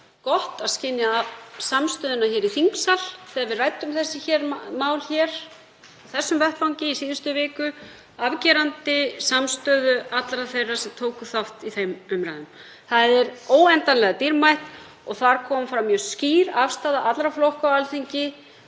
gott að skynja samstöðuna í þingsal þegar við ræddum þessi mál á þessum vettvangi í síðustu viku, afgerandi samstöðu allra þeirra sem tóku þátt í þeim umræðum. Það er óendanlega dýrmætt. Þar kom fram mjög skýr afstaða allra flokka á Alþingi